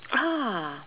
ah